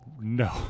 No